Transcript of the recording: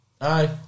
Aye